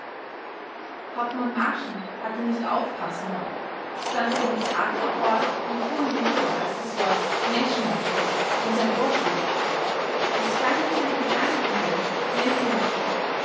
hauptmann marschner hatte nicht aufpassen wollen stand über die karte gebeugt und fuhr in die höhe als das wort menschenmaterial an sein ohr schlug das klang in seine gedanken hinein wie ein